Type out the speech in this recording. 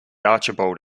archibald